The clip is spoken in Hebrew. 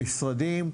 במשרדים,